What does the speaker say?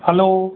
hello